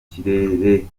kirere